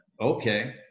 okay